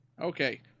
Okay